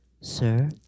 sir